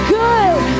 good